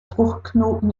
fruchtknoten